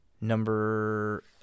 Number